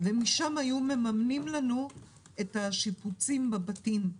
ומשם היו מממנים לנו שיפוצים בבתים.